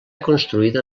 construïda